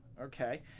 okay